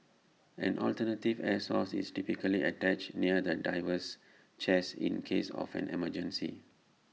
an alternative air source is typically attached near the diver's chest in case of an emergency